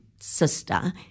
sister